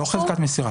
לא חזקת מסירה,